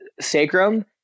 sacrum